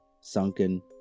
Sunken